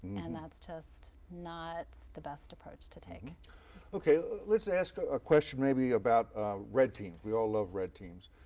and that's just not the best approach to take. jim ok, let's ask a ah question maybe about red teams. we all love red teams.